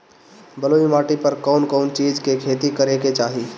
बलुई माटी पर कउन कउन चिज के खेती करे के चाही?